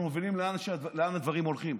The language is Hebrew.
אנחנו מבינים לאן הדברים הולכים.